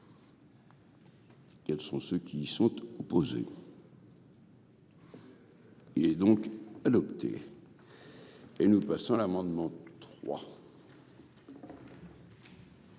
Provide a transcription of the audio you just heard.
Quels sont ceux qui sont opposés. Et donc adopté et nous passons à l'amendement